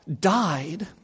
died